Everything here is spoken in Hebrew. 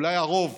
אולי הרוב,